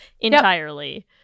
entirely